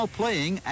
playing